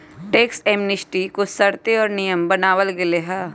tax amnesty के कुछ शर्तें और नियम बनावल गयले है